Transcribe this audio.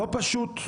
לא פשוט,